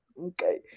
Okay